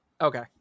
okay